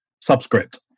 subscript